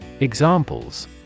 Examples